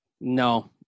No